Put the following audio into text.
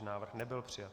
Návrh nebyl přijat.